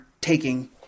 taking